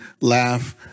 laugh